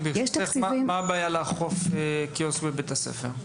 רק ברשותך, מה הבעיה לאכוף קיוסק בבית הספר?